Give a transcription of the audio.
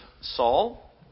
Saul